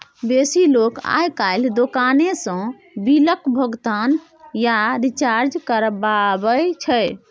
बेसी लोक आइ काल्हि दोकाने सँ बिलक भोगतान या रिचार्ज करबाबै छै